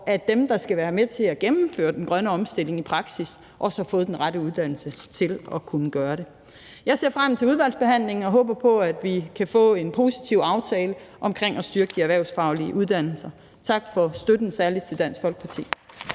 at dem, der skal være med til at gennemføre den grønne omstilling i praksis, har fået den rette uddannelse til at kunne gøre det. Jeg ser frem til udvalgsbehandlingen og håber på, at vi kan få en positiv aftale om at styrke de erhvervsfaglige uddannelser. Tak for støtten, særlig til Dansk Folkeparti.